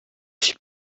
suis